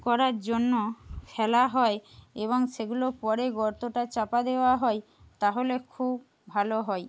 করার জন্য ফেলা হয় এবং সেগুলো পরে গর্তটা চাপা দেওয়া হয় তাহলে খুব ভালো হয়